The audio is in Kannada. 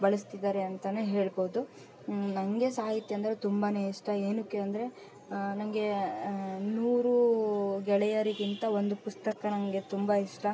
ಬಳ್ಸ್ತಿದ್ದಾರೆ ಅಂತಲೇ ಹೇಳ್ಬೌದು ನನಗೆ ಸಾಹಿತ್ಯ ಅಂದರೆ ತುಂಬಾ ಇಷ್ಟ ಏನಕ್ಕೆ ಅಂದರೆ ನನಗೆ ನೂರು ಗೆಳೆಯರಿಕ್ಕಿಂತ ಒಂದು ಪುಸ್ತಕ ನನಗೆ ತುಂಬ ಇಷ್ಟ